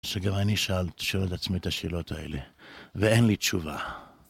שגם אני שואל את עצמי את השאלות האלה, ואין לי תשובה.